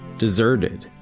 deserted,